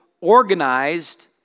organized